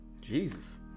Jesus